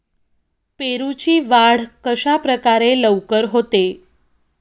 पेरूची वाढ कशाप्रकारे लवकर होते?